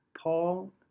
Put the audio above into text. Paul